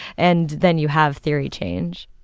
and then you have theory change